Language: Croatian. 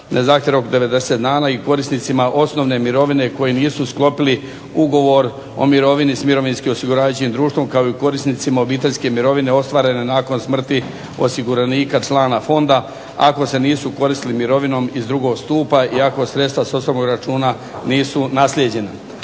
rok od 90 dana i korisnicima osnovne mirovine koji nisu sklopili ugovor o mirovini s mirovinskim osiguravajućim društvom kao i korisnicima obiteljske mirovine ostvarene nakon smrti osiguranika člana fonda ako se nisu koristili mirovinom iz drugog stupa i ako sredstva s osobnog računa nisu naslijeđena.